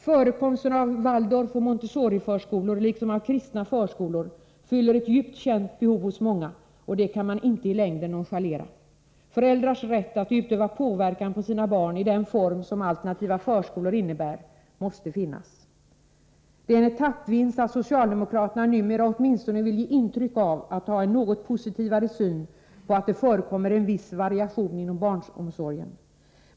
Förekomsten av Waldorfoch Montessoriförskolor liksom av kristna förskolor fyller ett djupt känt behov hos många. Det kan man inte i längden nonchalera. Föräldrars rätt att utöva inverkan på sina barn i den form som alternativa förskolor innebär måste finnas. Det är en etappvinst att socialdemokraterna numera åtminstone vill ge intryck av att ha en något positivare syn på att det förekommer en viss variation inom barnomsorgen.